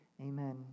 Amen